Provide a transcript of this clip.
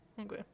Okay